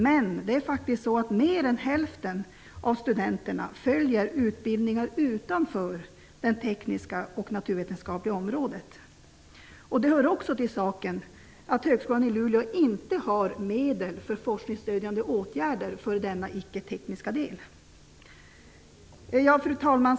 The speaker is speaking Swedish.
Men mer än hälften av studenterna följer utbildningar utanför det tekniska och det naturvetenskapliga området. Det hör till saken att Högskolan i Luleå inte har medel för forskningsstödjande åtgärder för denna icketekniska del. Fru talman!